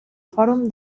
fòrum